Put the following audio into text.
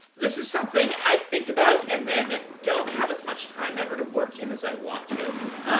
this is something i think about and then don't have as much time ever to work in as i want to.